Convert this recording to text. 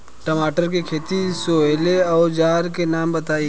टमाटर के खेत सोहेला औजर के नाम बताई?